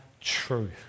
truth